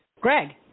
Greg